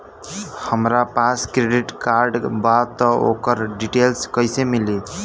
हमरा पास credit card बा त ओकर डिटेल्स कइसे मिली?